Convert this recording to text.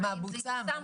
מה בוצע,